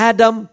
Adam